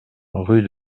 rue